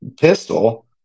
pistol